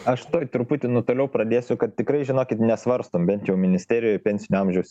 aš dar truputį nuo toliau pradėsiu kad tikrai žinokit nesvarstom bent jau ministerijoj pensinio amžiaus